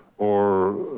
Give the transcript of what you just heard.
or